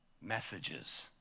messages